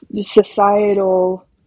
societal